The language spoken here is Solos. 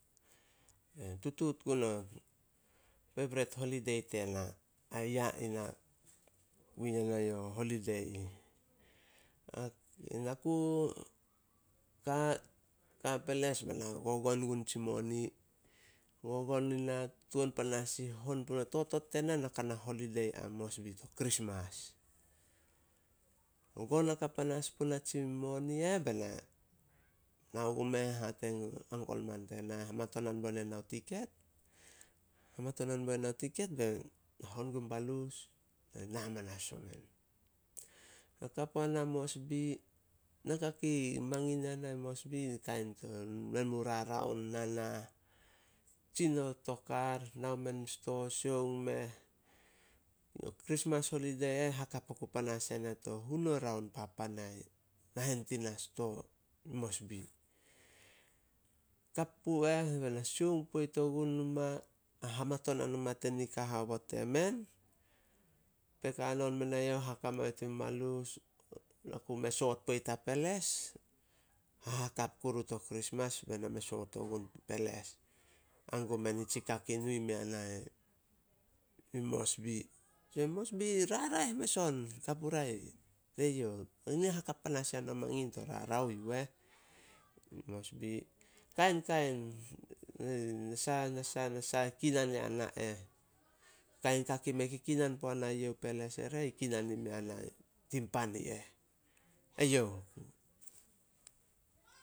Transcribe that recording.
Tutuut gun o peibret holidei tena. Ai ya ina kui yana yo holidei ih. Naku ka- ka ai peles bai na gogon gun tsi moni. Gogon ina. Totot tena, na ka na holidei ai Mosbi to Krismas. Gon hakap panas puna tsi moni eh, be na nao gumeh hate gun uncle man tena hamatonana bo ne na o tiket. Hamatonan bo ne na o tiket be na hon gun balus. Na hamanas omen. Na ka puana Mosbi, na ka kei mangin yana i Mosbi, kain to, men raraon, nanah, tsin on to kar nao men sto sioung meh. Krismas holidei eh, hakap oku panas yana to hunuo raon papan ai nahen tina sto, Mosbi. Kap pu eh bai na sioung poit ogun numa, hamatonan oma ta nika haobot temen, pek hanon me youh, haka mai youh tin balus. Na ku me soat poit ai peles, hahakap kuru to Krismas be na me soat ogun peles, hangum mein nsi ka kei nu i mea na i Mosbi. Mosbi e raraeh mes on ka puria te youh, yi hakap panas yana mangin to rarao yu eh, Mosbi. Kainkain, nasah-nasah kinan yana eh. Kain ka kei mei kikinan puana youh peles, kinan i mea na tin pan i eh, e youh.